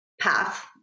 path